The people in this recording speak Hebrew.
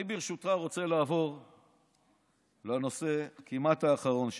אני, ברשותך, רוצה לעבור לנושא הכמעט-אחרון שלי.